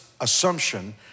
assumption